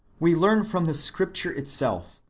we learn from the scripture itself,